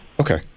Okay